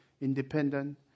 independent